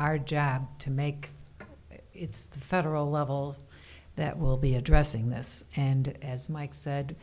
our job to make it it's the federal level that will be addressing this and as mike said